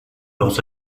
leurs